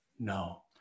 No